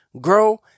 grow